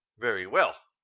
very well.